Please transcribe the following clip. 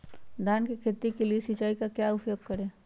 धान की खेती के लिए सिंचाई का क्या उपयोग करें?